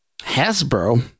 Hasbro